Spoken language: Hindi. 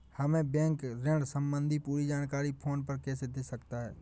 हमें बैंक ऋण संबंधी पूरी जानकारी फोन पर कैसे दे सकता है?